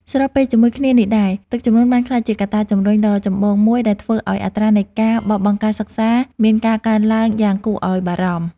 ស្របពេលជាមួយគ្នានេះដែរ ទឹកជំនន់បានក្លាយជាកត្តាជំរុញដ៏ចម្បងមួយដែលធ្វើឱ្យអត្រានៃការបោះបង់ការសិក្សាមានការកើនឡើងយ៉ាងគួរឱ្យព្រួយបារម្ភ។